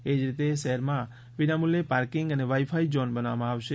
એજ રીતે શહેરોમાં વિનામૂલ્યે પાર્કિંગ અને વાઇફાઈ ઝોન બનાવવામાં આવશે